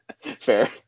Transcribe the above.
Fair